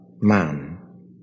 man